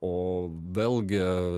o vėlgi